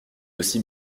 aussi